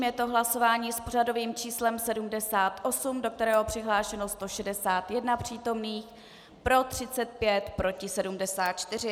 Je to hlasování s pořadovým číslem 78, do kterého je přihlášeno 161 přítomných, pro 35, proti 74.